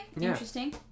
interesting